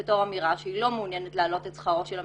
כאמירה שהיא לא מעוניינת להעלות את שכרו של המבקר,